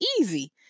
easy